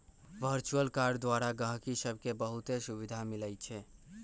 virtual card द्वारा गहकि सभके बहुते सुभिधा मिलइ छै